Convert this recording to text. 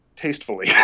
tastefully